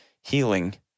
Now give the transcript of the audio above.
healing